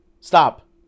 Stop